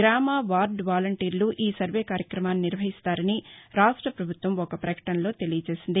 గ్రామ వార్డ వాలంటీర్లు ఈ సర్వే కార్యక్రమాన్ని నిర్వహిస్తారని రాష్ట్రపభుత్వం ఒక ప్రకటనలో తెలియజేసింది